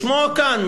לשמוע כאן,